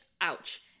ouch